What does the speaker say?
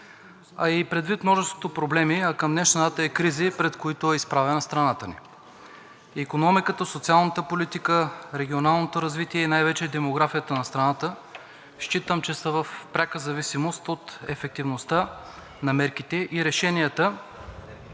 а и предвид множеството проблеми, към днешна дата и кризи, пред които е изправена страната ни. Икономиката, социалната политика, регионалното развитие и най вече демографията на страната считам, че са в пряка зависимост от ефективността на мерките и решенията,